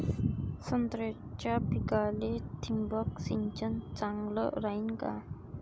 संत्र्याच्या पिकाले थिंबक सिंचन चांगलं रायीन का?